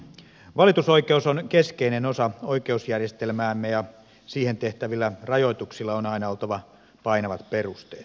valitusoikeus on keskeinen osa oikeusjärjestelmäämme ja siihen tehtävillä rajoituksilla on aina oltava painavat perusteet